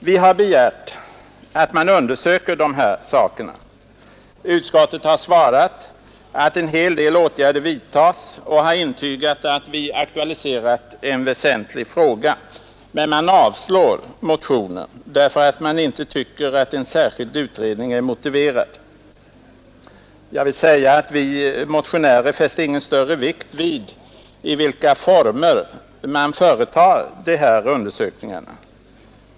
Vi har begärt att man undersöker de här sakerna. Utskottet har svarat att hel del åtgärder vidtas och har intygat att vi aktualiserat en väsentlig fråga, men man avstyrker motionen därför att man inte tycker att en särskild utredning är motiverad. Jag vill säga att vi motionärer fäster ingen större vikt vid i vilka former man företar de här undersökningarna.